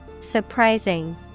Surprising